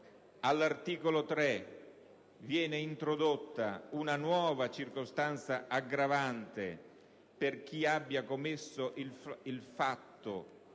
All'articolo 3, viene introdotta una nuova circostanza aggravante per chi abbia commesso il fatto